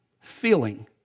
feeling